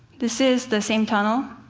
this is the same tunnel.